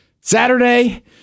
Saturday